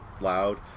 loud